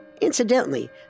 Incidentally